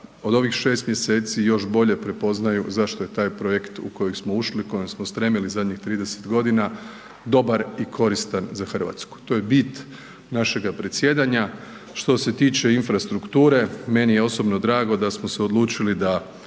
od ovih šest mjeseci još bolje prepoznaju zašto je taj projekt u kojeg smo ušli, kojem smo stremili zadnjih 30 godina dobar i koristan za Hrvatsku. To je bit našega predsjedanja. Što se tiče infrastrukture, meni je osobno drago da smo se odlučili da